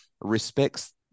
respects